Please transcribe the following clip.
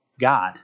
God